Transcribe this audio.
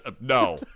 no